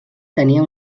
tenia